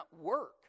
work